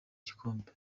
igikombe